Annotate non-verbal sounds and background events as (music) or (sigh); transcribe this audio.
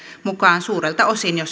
mukaan suurelta osin jo (unintelligible)